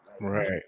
Right